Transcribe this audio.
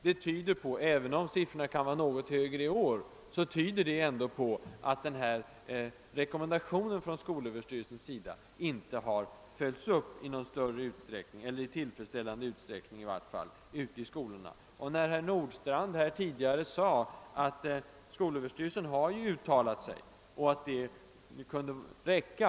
Detta ty der — även om sifforna kan vara något högre i år — på att rekommendationen från skolöverstyrelsen inte har följts i tilifredsställande utsträckning ute i skolorna. Herr Nordstrandh sade att skolöverstyrelsen har uttalat sig och att det kunde räcka.